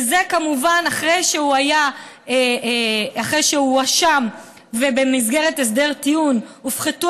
וזה כמובן אחרי שהוא הואשם ובמסגרת הסדר טיעון הופחתו